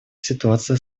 ситуация